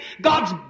God's